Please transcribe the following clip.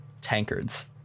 tankards